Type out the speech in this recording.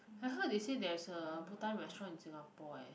I heard they say there is a bhutan restaurant in singapore eh